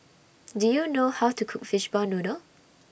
Do YOU know How to Cook Fishball Noodle